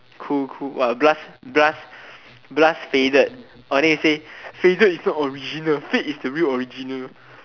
cool cool !wah! blast blast blast faded ah then you said faded is not original fade is the real original